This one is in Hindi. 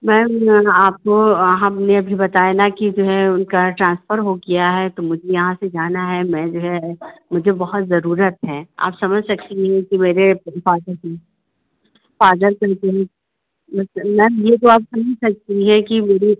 मैम आपको हमने अभी बताया ना कि जो है उनका ट्रान्सफ़र हो गया है तो मुझे यहाँ से जाना है मैं जो है मुझे बहुत ज़रूरत है आप समझ सकती हैं कि मेरे फ़ादर जी फ़ादर कहते हैं मतलब मैम ये तो आप समझ सकती हैं कि मेरे